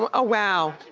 um ah wow.